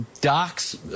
Doc's